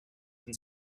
been